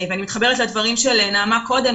אני מתחברת לדבריה של נעמה קודם.